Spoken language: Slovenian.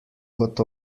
kot